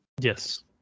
Yes